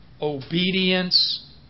obedience